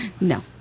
No